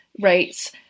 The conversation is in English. rates